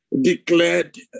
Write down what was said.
declared